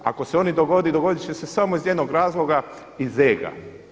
Ako se oni dogode, dogodit će se samo iz jednog razloga iz ega.